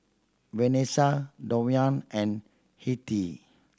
Vanesa Duwayne and Hettie